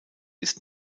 ist